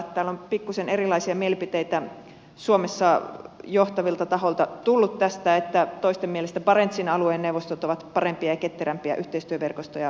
täällä on pikkuisen erilaisia mielipiteitä suomessa johtavilta taholta tullut tästä toisten mielestä barentsin alueen neuvostot ovat parempia ja ketterämpiä yhteistyöverkostoja venäjän suhteen